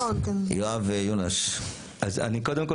אני קודם כל